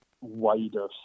wider